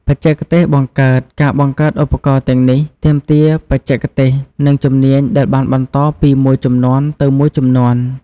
បច្ចេកទេសបង្កើត ការបង្កើតឧបករណ៍ទាំងនេះទាមទារបច្ចេកទេស និងជំនាញដែលបានបន្តពីមួយជំនាន់ទៅមួយជំនាន់។